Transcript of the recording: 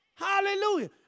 Hallelujah